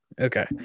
Okay